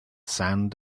sand